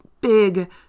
big